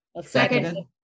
Second